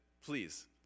Please